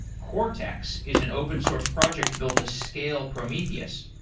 cortex is an open source project built to scale prometheus.